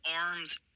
arms